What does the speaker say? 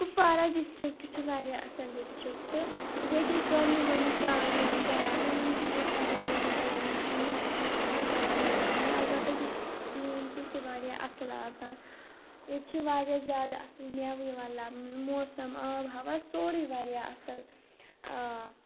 Kupwara district تہِ چھُ واریاہ اَصٕل ڈِسٹرٛکٹہٕ ییٚتہِ أسۍ گۄڈٕنیُک گۄڈٕنیُک ٹانٛگہٕ یِوان چَلاونہٕ وۅنۍ چھِنہٕ ییٚتہِ ٹانٛگہٕ یِوان چَلاونہٕ کِہیٖنٛۍ وۅنۍ چھِ ییٚتہِ یِوان گاڑِ چَلاونہٕ اَلبتہٕ ییٚتہِ چھِ ڈوٗنۍ کُلۍ تہِ واریاہ اَصٕل آسان ییٚتہِ چھِ واریاہ زیادٕ اَصٕل مٮ۪وٕ یِوان لَبنہٕ موسَم آب و ہوا سورُے واریاہ اَصٕل آ